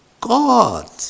God